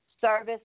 Service